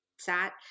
sat